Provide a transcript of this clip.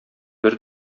бер